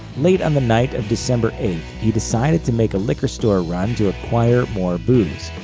late on the night of december eighth, he decided to make a liquor store run to acquire more booze.